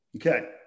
Okay